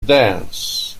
dance